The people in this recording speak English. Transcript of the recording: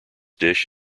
dish